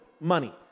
money